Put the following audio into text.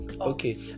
okay